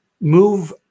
move